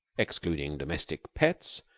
excluding domestic pets,